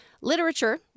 Literature